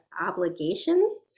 obligation